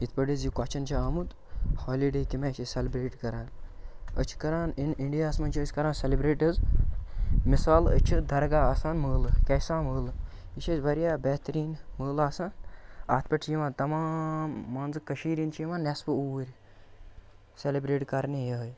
یِتھ پٲٹھۍ حظ یہِ کۄسچَن چھُ آمُت ہالِڈے کَمہِ آیہِ چھِ أسۍ سیٚلِبرٛیٹ کَران أسۍ چھِ کَران اِن اِنڈیاہَس منٛز چھِ أسۍ کَران سیٚلِبریٹ حظ مِثال أسۍ چھِ درگاہ آسان مٲلہٕ کیٛاہ چھِ آسان مٲلہٕ یہِ چھُ اَسہِ واریاہ بہتریٖن مٲلہٕ آسان اَتھ پٮ۪ٹھ چھِ یِوان تَمام مان ژٕ کٔشیٖرِ ہِنٛدِ چھِ یِوان نٮ۪صفہٕ اوٗرۍ سٮ۪لِبرٛیٹ کَرنہِ یِہوٚے